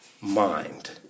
mind